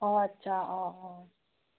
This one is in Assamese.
অ আচ্ছা অ অ